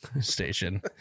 station